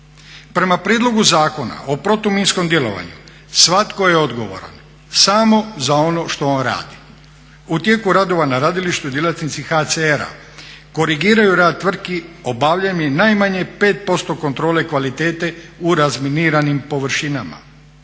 Prema prijedlogu Zakona o protuminskom djelovanju svatko je odgovoran samo za ono što on radi. U tijeku radova na radilištu djelatnici HCR-a korigiraju rad tvrtki obavljanjem najmanje 5% kontrole kvalitete u razminiranim površinama.